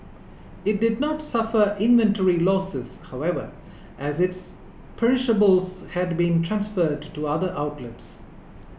it did not suffer inventory losses however as its perishables had been transferred to do other outlets